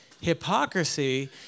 Hypocrisy